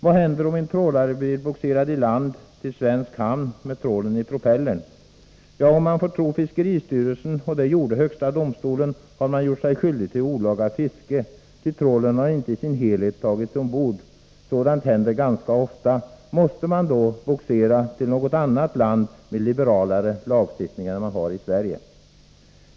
Vad händer om en trålare blir bogserad till svensk hamn med trålen i propellern? Ja, om man får tro fiskeristyrelsen — och det gjorde högsta domstolen — har man gjort sig skyldig till olaga fiske. Ty trålen har inte i sin helhet tagits ombord. Sådant händer ganska ofta. Måste man då bogsera båten till något annat land med liberalare lagstiftning än i Sverige?